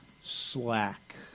slack